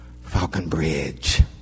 Falconbridge